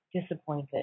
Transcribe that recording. disappointed